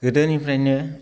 गोदोनिफ्रायनो